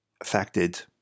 affected